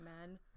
men